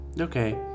Okay